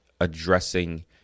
addressing